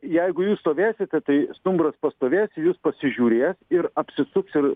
jeigu jūs stovėsite tai stumbras pastovės į jus pasižiūrės ir apsisuks ir